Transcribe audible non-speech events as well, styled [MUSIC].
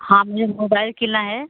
हमने मोबाइल [UNINTELLIGIBLE] हे